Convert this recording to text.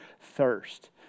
thirst